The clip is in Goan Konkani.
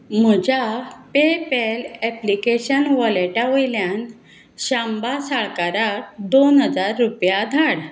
म्हज्या पेपॅल ऍप्लिकेशन वॉलेटा वयल्यान शांबा साळकाराक दोन हजार रुपया धाड